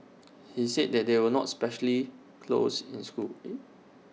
he said they were not especially close in school